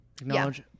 acknowledge